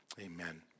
Amen